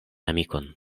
amikon